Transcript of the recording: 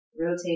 rotate